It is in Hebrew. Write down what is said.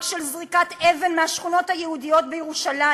של זריקת אבן מהשכונות היהודיות בירושלים.